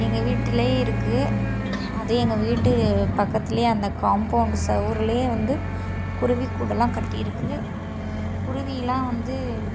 எங்கள் வீட்டுல இருக்கு அது எங்கள் வீட்டு பக்கத்துல அந்த காம்பவுண்ட் செவுருல வந்து குருவி கூடைலாம் கட்டி இருக்கு குருவிலாம் வந்து